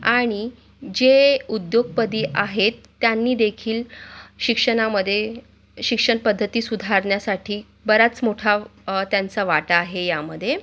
आणि जे उद्योगपती आहेत त्यांनीदेखील शिक्षणामध्ये शिक्षणपद्धती सुधारण्यासाठी बराच मोठा त्यांचा वाटा आहे यामध्ये